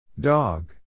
Dog